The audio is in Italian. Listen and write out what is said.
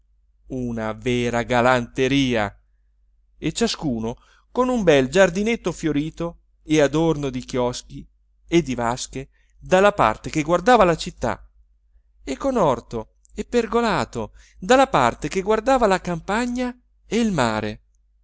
una vera galanteria e ciascuno con un bel giardinetto fiorito e adorno di chioschi e di vasche dalla parte che guardava la città e con orto e pergolato dalla parte che guardava la campagna e il mare